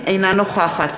אינה נוכחת